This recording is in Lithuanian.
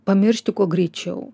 pamiršti kuo greičiau